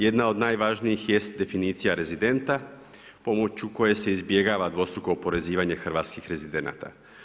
Jedna od najvažnijih jest definicija rezidenta pomoću koje se izbjegava dvostruko oporezivanje hrvatskih rezidenata.